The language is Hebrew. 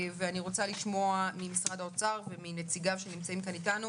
ואני רוצה לשמוע ממשרד האוצר ומנציגיו שנמצאים כאן איתנו